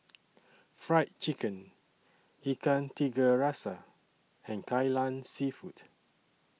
Fried Chicken Ikan Tiga Rasa and Kai Lan Seafood